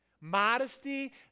Modesty